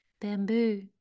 Bamboo